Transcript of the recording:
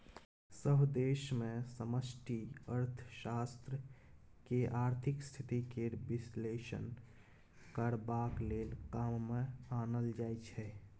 सभ देश मे समष्टि अर्थशास्त्र केँ आर्थिक स्थिति केर बिश्लेषण करबाक लेल काम मे आनल जाइ छै